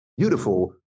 beautiful